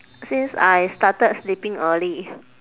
since I started sleeping early